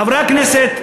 חברי הכנסת,